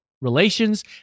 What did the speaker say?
relations